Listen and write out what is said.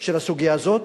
של הסוגיה הזאת,